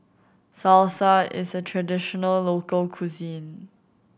salsa is a traditional local cuisine